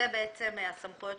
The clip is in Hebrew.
הדרך של